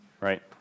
right